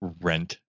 rent